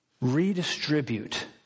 redistribute